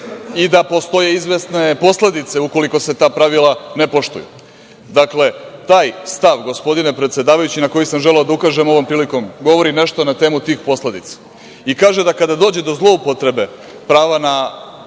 i da postoje izvesne posledice ukoliko se ta pravila ne poštuju. Dakle, taj stav, gospodine predsedavajući, na koji sam želeo da ukažem ovom prilikom, govori nešto na temu tih posledica. Kaže da kada dođe do zloupotrebe prava na